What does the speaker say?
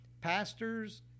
pastors